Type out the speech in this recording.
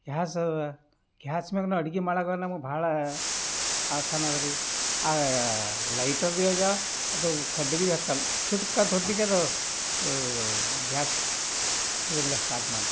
ಗ್ಯಾಸವೆ gas ಮ್ಯಾಗನೂ ಅಡ್ಗೆ ಮಾಡಕ್ಕೆ ನಮಗೆ ಭಾಳ ಆಸಾನವ್ರಿ ಆ ಲೈಟರ್ ಭಿ ಆಗ್ಯಾವೆ ಅದು ಕಡ್ಡಿ ಭಿ ಹತ್ತಲು ಚುಟ್ಕ್ ಅಂತ ಒಟ್ಟಿಗೆ ಅದು ಗ್ಯಾಸ್ ಅದು ಅಲ್ಲೇ ಸ್ಟಾರ್ಟ್ ಮಾಡ್ತಾವೆ